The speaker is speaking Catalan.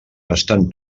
estan